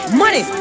money